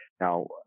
Now